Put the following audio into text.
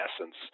essence